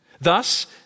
Thus